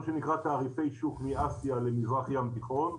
יש מה שנקרא, תעריפי שוק מאסיה למזרח הים התיכון,